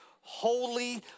holy